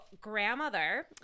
grandmother